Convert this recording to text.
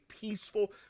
peaceful